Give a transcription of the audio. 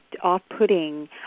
off-putting